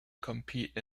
compete